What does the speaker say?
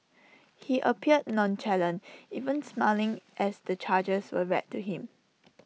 he appeared nonchalant even smiling as the charges were read to him